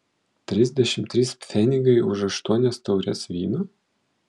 trisdešimt trys pfenigai už aštuonias taures vyno